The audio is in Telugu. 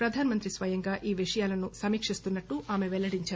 ప్రధానమంత్రి స్వయంగా ఈ విషయాలను సమీకిస్తున్నట్టు ఆమె వెల్లడించారు